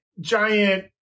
giant